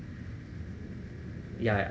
yeah